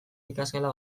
ikasgela